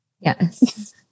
Yes